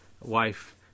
wife